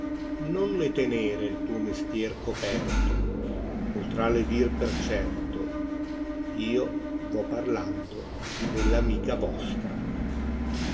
non le tenere il tuo mestier coperto potrà le dir per certo io to parlando dell'amica vostra